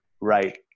right